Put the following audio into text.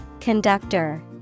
Conductor